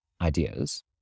ideas